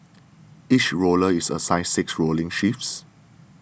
each rower is assigned six rowing shifts